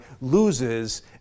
loses